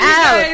out